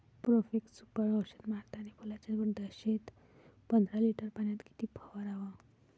Profex Super औषध मारतानी फुलाच्या दशेत पंदरा लिटर पाण्यात किती फवाराव?